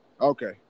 Okay